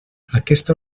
aquesta